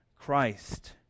Christ